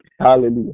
Hallelujah